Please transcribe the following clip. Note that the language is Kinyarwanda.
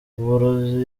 uburozi